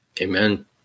Amen